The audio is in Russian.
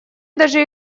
даже